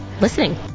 listening